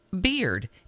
beard